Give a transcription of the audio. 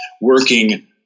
working